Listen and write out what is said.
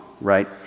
right